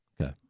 Okay